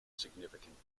significant